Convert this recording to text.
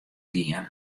gien